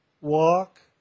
walk